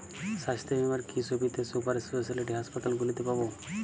স্বাস্থ্য বীমার কি কি সুবিধে সুপার স্পেশালিটি হাসপাতালগুলিতে পাব?